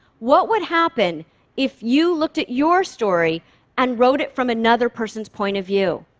what would happen if you looked at your story and wrote it from another person's point of view?